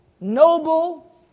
noble